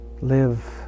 live